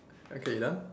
okay you done